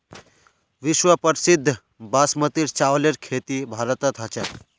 विश्व प्रसिद्ध बासमतीर चावलेर खेती भारतत ह छेक